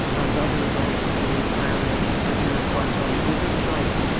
and as a result, the ira prisoners went on hunger strike.